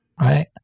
right